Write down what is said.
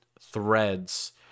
threads